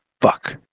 fuck